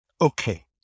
Okay